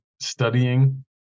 studying